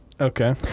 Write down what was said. Okay